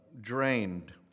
drained